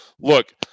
look